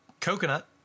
coconut